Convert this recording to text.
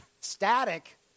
static